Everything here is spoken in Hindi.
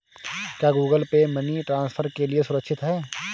क्या गूगल पे मनी ट्रांसफर के लिए सुरक्षित है?